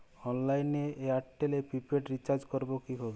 অনলাইনে এয়ারটেলে prepaid recharge করবো কিভাবে?